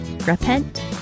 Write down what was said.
Repent